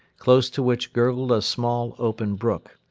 close to which gurgled a small, open brook.